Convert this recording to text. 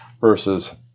versus